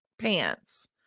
pants